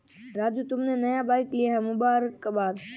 राजू तुमने नया बाइक लिया है मुबारकबाद